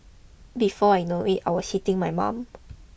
before I know it I was hitting my mum